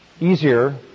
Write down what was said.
easier